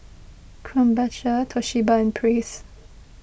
Krombacher Toshiba and Praise